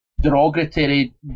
derogatory